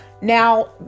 now